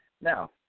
Now